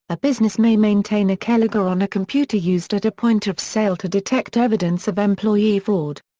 a business may maintain a keylogger on a computer used at a point of sale to detect evidence of employee fraud.